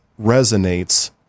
resonates